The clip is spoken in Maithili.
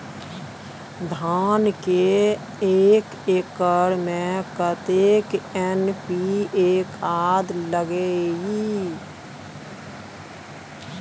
धान के एक एकर में कतेक एन.पी.ए खाद लगे इ?